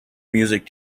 music